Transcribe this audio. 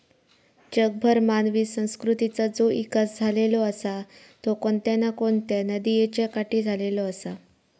जगभर मानवी संस्कृतीचा जो इकास झालेलो आसा तो कोणत्या ना कोणत्या नदीयेच्या काठी झालेलो आसा